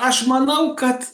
aš manau kad